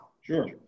Sure